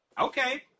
okay